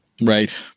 Right